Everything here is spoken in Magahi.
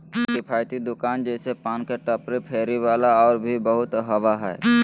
किफ़ायती दुकान जैसे पान के टपरी, फेरी वाला और भी बहुत होबा हइ